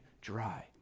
dry